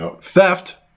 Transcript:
Theft